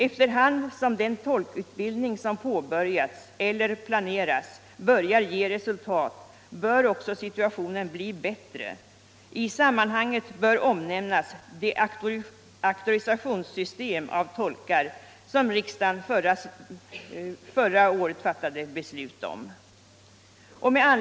Efter hand som den tolkutbildning som påbörjats eller planerats börjar ge resultat, bör också situationen bli bättre. I sammanhanget bör omnämnas det system för auktorisation av tolkar som riksdagen fattade ett beslut om förra året.